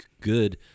good